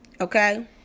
okay